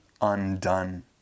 undone